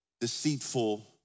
deceitful